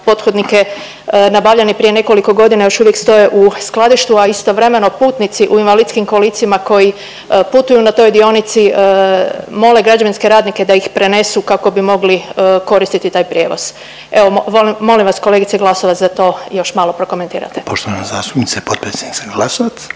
pothodnike nabavljeni prije nekoliko godina još uvijek stoje u skladištu, a istovremeno putnici u invalidskim kolicima koji putuju na toj dionici mole građevinske radnike da ih prenesu kako bi mogli koristiti taj prijevoz. Evo molim vas kolegice Glasovac da to još malo prokomentirate. **Reiner, Željko (HDZ)** Poštovana